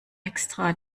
extra